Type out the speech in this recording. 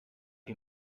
you